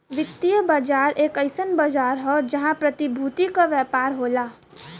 वित्तीय बाजार एक अइसन बाजार हौ जहां प्रतिभूति क व्यापार होला